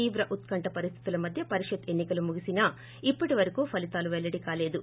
తీవ్ర ఉత్కంఠ పరిస్థితుల మధ్య పరిషత్ ఎన్ని కలు ముగిసినా ఇప్పటివరకు ఫలితాలు పెల్లడి కాలేదు